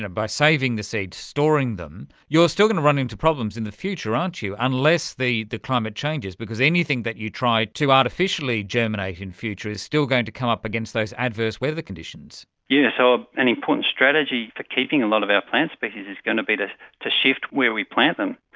by saving the seeds, storing them, you are still going to run into problems in the future, aren't you, unless the the climate changes, because anything that you try to artificially germinate in future is still going to come up against those adverse weather conditions. yes, so an important strategy for keeping a lot of our plant species is going to be to to shift where we plant them.